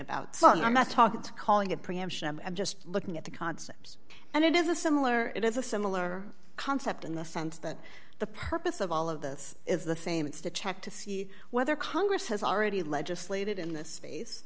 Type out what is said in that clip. about i'm not talking to calling it preemption i'm just looking at the concepts and it is a similar it is a similar concept in the sense that the purpose of all of this is the same it's to check to see whether congress has already legislated in this